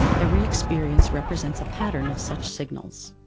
every experience represents a pattern of such signals.